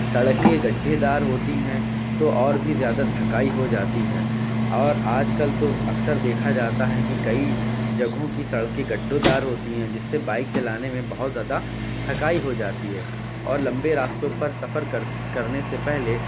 سڑکیں گڈھےدار ہوتی ہیں تو اور بھی زیادہ تھکائی ہو جاتی ہے اور آج کل تو اکثر دیکھا جاتا ہے کہ کئی جگہوں کی سڑکیں گڈھوں دار ہوتی ہیں جس سے بائک چلانے میں بہت زیادہ تھکائی ہو جاتی ہے اور لمبے راستوں پر سفر کر کرنے سے پہلے